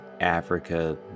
Africa